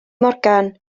morgan